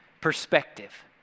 Perspective